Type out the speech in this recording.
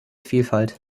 vielfalt